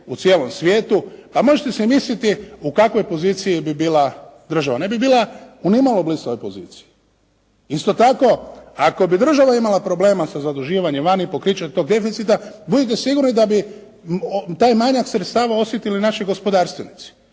u cijelom svijetu, a možete si misliti u kakvoj poziciji bi bila država. Ne bi bila u nimalo blistavoj poziciji. Isto tako, ako bi država imala problema sa zaduživanjem vani pokrićem tog deficita, budite sigurni da bi taj manjak sredstava osjetili naši gospodarstvenici.